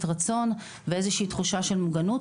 רצון ועל איזו שהיא תחושה של מוגנות,